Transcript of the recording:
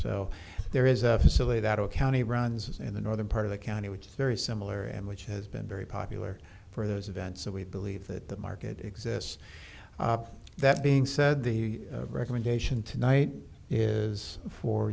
so there is a facility that will county runs in the northern part of the county which is very similar and which has been very popular for those events and we believe that the market exists that being said the recommendation tonight is for